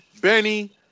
Benny